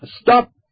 Stop